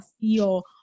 feel